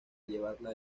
llevarla